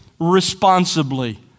responsibly